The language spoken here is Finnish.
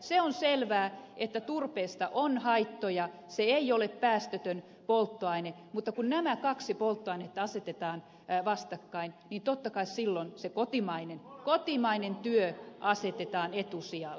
se on selvää että turpeesta on haittoja se ei ole päästötön polttoaine mutta kun nämä kaksi polttoainetta asetetaan vastakkain niin totta kai silloin se kotimainen työ asetetaan etusijalle